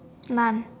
none